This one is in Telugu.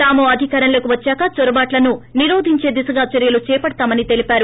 తాము అధికారంలోకి వచ్చాక చొరబాట్లను నిరోధించే దిశగా చర్యలు చేపడతామని తెలిపారు